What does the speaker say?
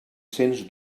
cents